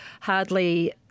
hardly